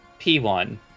P1